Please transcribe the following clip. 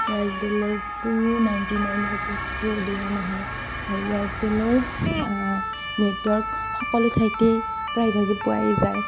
এয়াৰ্টেলৰ two ninety নাইনৰ পেকটো বেয়া নহয় আৰু এয়াৰটেলৰ নেটৱৰ্ক সকলো ঠাইতে প্ৰায়ভাগে পোৱাই যায়